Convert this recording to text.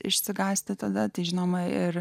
išsigąsti tada žinoma ir